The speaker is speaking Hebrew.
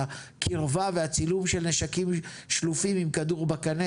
הקרבה והצילום של נשקים שלופים עם כדור בקנה,